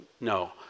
no